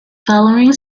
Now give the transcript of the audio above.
following